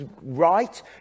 right